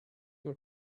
your